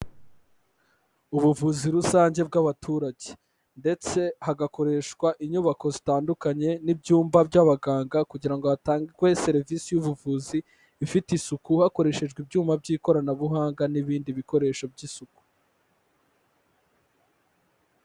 Ubuvuzi rusange bw'abaturage ndetse hagakoreshwa inyubako zitandukanye n'ibyumba by'abaganga kugira ngo hatangwe serivisi y'ubuvuzi ifite isuku, hakoreshejwe ibyuma by'ikoranabuhanga n'ibindi bikoresho by'isuku.